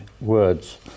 words